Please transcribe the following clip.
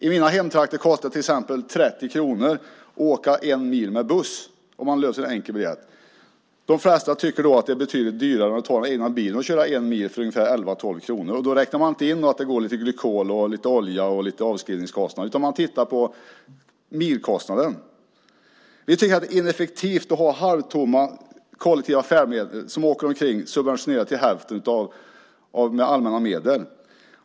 I mina hemtrakter kostar det till exempel 30 kronor att åka en mil med buss om man löser enkel biljett. De flesta tycker att det är betydligt dyrare, så de tar den egna bilen och kör en mil för ungefär 11-12 kronor. Då räknar man inte in att det går åt lite glykol och lite olja eller avskrivningskostnaderna, utan man tittar på milkostnaden. Vi tycker att det är ineffektivt att ha halvtomma kollektiva färdmedel till hälften subventionerade med allmänna medel.